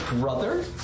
brother